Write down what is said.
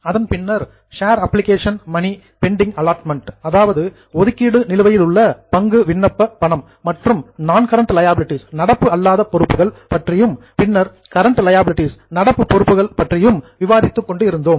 அதன் பின்னர் share application money pending allotment ஒதுக்கீடு நிலுவையில் உள்ள பங்கு விண்ணப்ப பணம் மற்றும் நான் கரண்ட் லியாபிலிடீஸ் நடப்பு அல்லாத பொறுப்புகள் பற்றியும் பின்னர் கரண்ட் லியாபிலிடீஸ் நடப்பு பொறுப்புகள் பற்றியும் விவாதித்துக் கொண்டிருந்தோம்